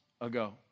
ago